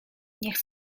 niech